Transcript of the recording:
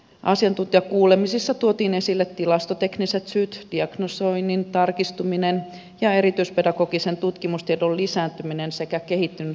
asiantuntijakuulemisissa tuotiin esille tilastotekniset syyt diagnosoinnin tarkistuminen ja erityispedagogisen tutkimustiedon lisääntyminen sekä kehittynyt lääketiede